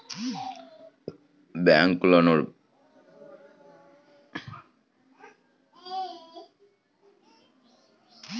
డబ్బును బ్యేంకులో డిపాజిట్ చెయ్యాలనుకుంటే యీ డిపాజిట్ స్లిపులను వాడొచ్చు